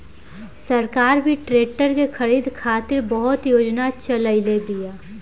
सरकार भी ट्रेक्टर के खरीद खातिर बहुते योजना चलईले बिया